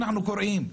אנחנו קוראים,